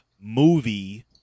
movie